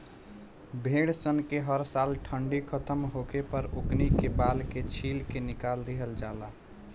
भेड़ सन के हर साल ठंडी खतम होखे पर ओकनी के बाल के छील के निकाल दिहल जाला